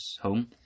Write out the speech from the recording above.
home